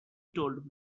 told